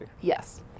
Yes